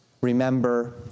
remember